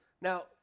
Now